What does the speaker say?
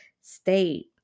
state